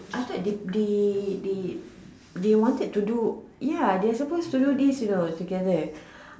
I thought they they they they they wanted to do ya they are supposed to do this you know together